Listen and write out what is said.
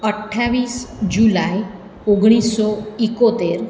અઠ્ઠાવીસ જુલાય ઓગણીસસો ઇકોતેર